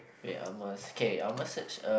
ya I must okay I must search err